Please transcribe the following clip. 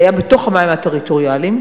שהיה בתחום המים הטריטוריאליים,